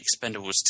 Expendables